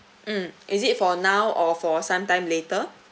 mm is it for now or for some time later